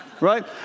Right